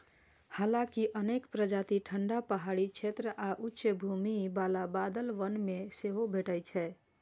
हालांकि अनेक प्रजाति ठंढा पहाड़ी क्षेत्र आ उच्च भूमि बला बादल वन मे सेहो भेटै छै